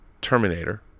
Terminator